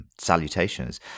Salutations